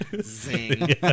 Zing